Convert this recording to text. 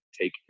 take